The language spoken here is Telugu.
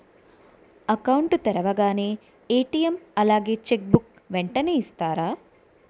అకౌంట్ తెరవగానే ఏ.టీ.ఎం అలాగే చెక్ బుక్ వెంటనే ఇస్తారా?